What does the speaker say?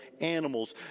animals